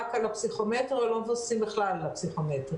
על הפסיכומטרי או לא מבוססים בכלל על הפסיכומטרי.